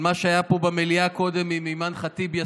על מה שהיה פה במליאה קודם עם אימאן ח'טיב יאסין,